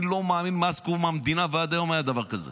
אני לא מאמין שמאז קום המדינה ועד היום היה דבר כזה.